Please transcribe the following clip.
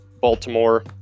Baltimore